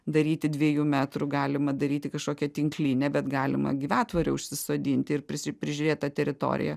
daryti dviejų metrų galima daryti kažkokią tinklinę bet galima gyvatvorę užsisodinti ir prisi prižiūrėt tą teritoriją